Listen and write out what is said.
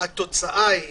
התוצאה היא